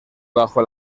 bajo